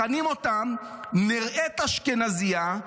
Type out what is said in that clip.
מכנים אותן "נראית אשכנזייה",